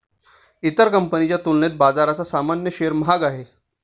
इतर कंपनीच्या तुलनेत बजाजचा सामान्य शेअर महाग आहे